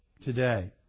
today